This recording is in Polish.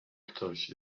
ktoś